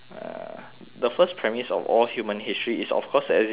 the first premise of all human history is of course the existence of